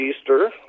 Easter